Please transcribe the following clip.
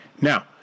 Now